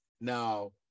now